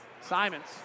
Simons